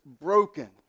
broken